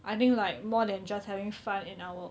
I think like more than just having fun in our